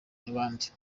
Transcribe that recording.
abandi